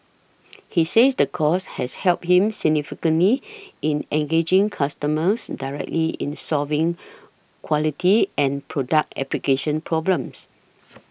he says the course has helped him significantly in engaging customers directly in solving quality and product application problems